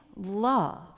love